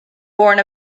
born